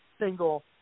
single